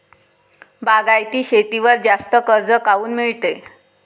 बागायती शेतीवर जास्त कर्ज काऊन मिळते?